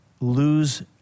lose